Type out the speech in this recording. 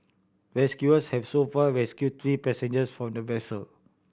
rescuers have so far rescued three passengers from the vessel